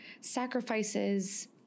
sacrifices